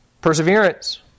perseverance